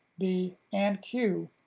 b, and q,